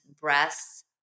breasts